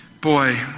Boy